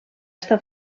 està